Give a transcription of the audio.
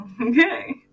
okay